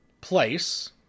place